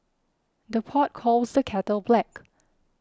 the pot calls the kettle black